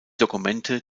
dokumente